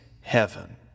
heaven